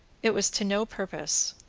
it was to no purpose.